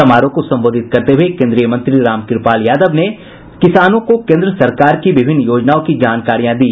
समारोह को संबोधित करते हुए केन्द्रीय मंत्री रामकृपाल यादव ने किसानों को केन्द्र सरकार की विभिन्न योजनाओं की जानकारियां दी